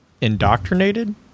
Indoctrinated